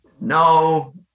No